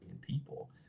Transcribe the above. people